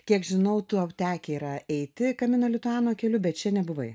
kiek žinau tuo tekę yra eiti kamina lituano keliu bet čia nebuvai